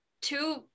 two